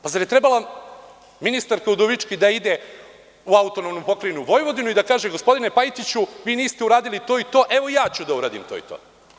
Zar je trebala ministarka Udovički da ide u AP Vojvodinu i da kaže – gospodine Pajtiću, vi niste uradili to i to, evo ja ću da uradim to i to?